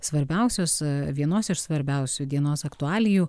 svarbiausios vienos iš svarbiausių dienos aktualijų